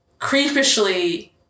creepishly